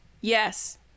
yes